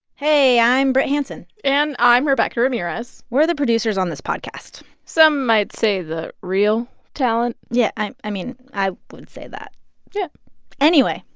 hey, i'm brit hanson and i'm rebecca ramirez we're the producers on this podcast some might say the real talent yeah. i mean, i would say that yeah anyway,